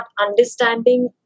understanding